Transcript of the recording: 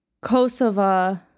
Kosovo